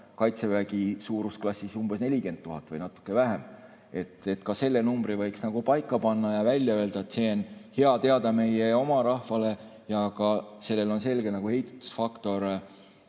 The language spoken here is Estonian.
kaitsevägi suurusklassiga 40 000 või natuke vähem. Ka selle numbri võiks paika panna ja välja öelda. See on hea teada meie oma rahval ja sellel on ka selge heidutusfaktor